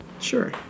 Sure